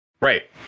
Right